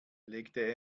legte